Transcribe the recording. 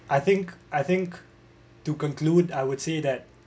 I think I think to conclude I would say that